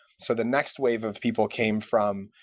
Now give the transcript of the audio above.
so the next wave of people came from,